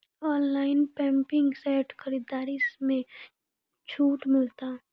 Online pumping set खरीदारी मे छूट मिलता?